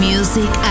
Music